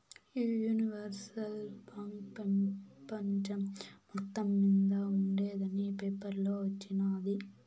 ఈ universal bank పెపంచం మొత్తం మింద ఉండేందని పేపర్లో వచిన్నాది